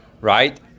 right